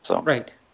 Right